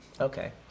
okay